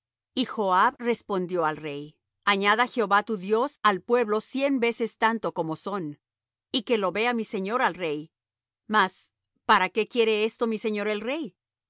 y joab respondió al rey añada jehová tu dios al pueblo cien veces tanto como son y que lo vea mi señor al rey mas para qué quiere esto mi señor el rey